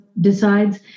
decides